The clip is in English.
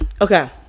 Okay